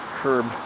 curb